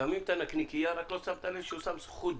שמים את הנקניקייה אבל לא שמת לב שהוא שם שקוף.